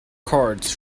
cards